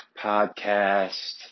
podcast